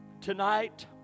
Tonight